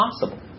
possible